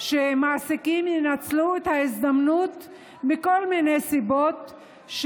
שמעסיקים ינצלו את ההזדמנות מכל מיני סיבות,